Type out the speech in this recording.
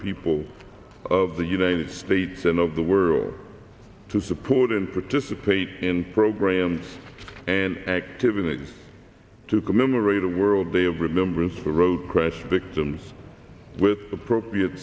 people of the united states and of the world to support input dissipate in programs and activities to commemorate a world day of remembrance for road crash victims with appropriate